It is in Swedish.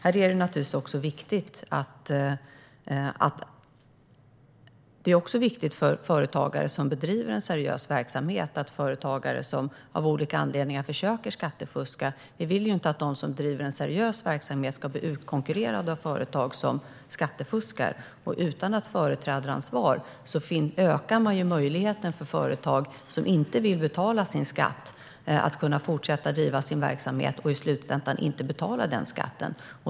Vi vill inte att företagare som bedriver en seriös verksamhet ska bli utkonkurrerade av företagare som av olika anledningar skattefuskar. Utan företrädaransvar ökar man möjligheten för företag som inte vill betala sin skatt att kunna fortsätta att bedriva sin verksamhet och i slutändan inte betala denna skatt.